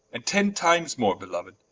and ten times more belou'd,